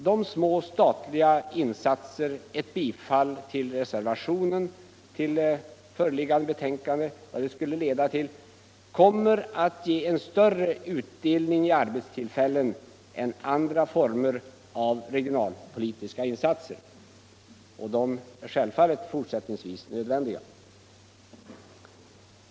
De små statliga insatser som ett bifall till reservationen skulle leda till kommer att ge en större utdelning i arbetstillfällen än andra former av regionalpolitiska insatser, vilka självfallet också är nödvändiga.